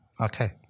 Okay